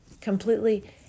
completely